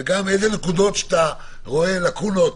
וגם נקודות שאתה רואה לקונות,